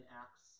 Acts